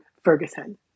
ferguson